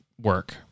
work